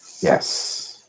Yes